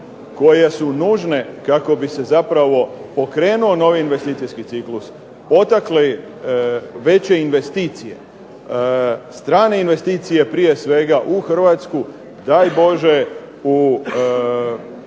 koje su nužne kako bi se zapravo pokrenuo novi investicijski ciklus, potakli veće investicije, strane investicije prije svega u Hrvatsku daj Bože u proizvodnju,